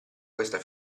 questa